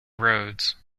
roads